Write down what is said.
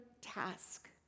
task